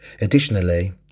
Additionally